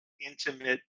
intimate